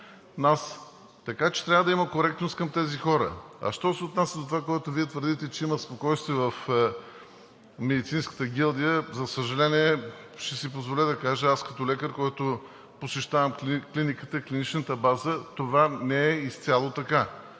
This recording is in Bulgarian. така че трябва да има коректност към тези хора. А що се отнася до това, което Вие твърдите, че има спокойствие в медицинската гилдия, за съжаление, ще си позволя да кажа аз като лекар, който посещавам клиниката, клиничната база – това не е изцяло така.